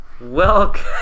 welcome